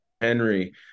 Henry